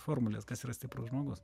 formulės kas yra stiprus žmogus